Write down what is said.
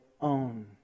own